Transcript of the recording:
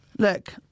Look